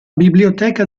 biblioteca